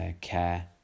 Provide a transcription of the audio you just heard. care